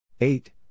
Eight